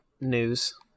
news